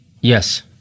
Yes